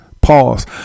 Pause